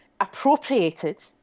appropriated